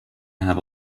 have